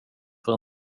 för